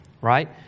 right